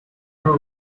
her